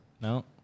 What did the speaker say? No